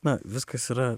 na viskas yra